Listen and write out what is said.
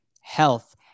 health